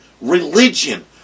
religion